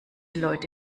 leute